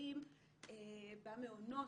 סיורים במעונות,